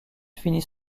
finit